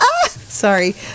sorry